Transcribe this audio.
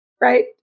Right